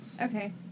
Okay